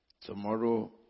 Tomorrow